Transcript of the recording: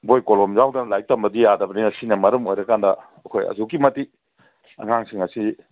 ꯕꯣꯏ ꯀꯣꯂꯣꯝ ꯌꯥꯎꯗꯅ ꯂꯥꯏꯔꯤꯛ ꯇꯝꯕꯗꯤ ꯌꯥꯗꯕꯅꯤꯅ ꯁꯤꯅ ꯃꯔꯝ ꯑꯣꯏꯔꯀꯥꯟꯗ ꯑꯩꯈꯣꯏ ꯑꯁꯨꯛꯀꯤ ꯃꯇꯤꯛ ꯑꯉꯥꯡꯁꯤꯡ ꯑꯁꯤ